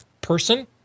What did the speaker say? person